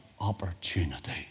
opportunity